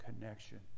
connection